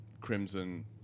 crimson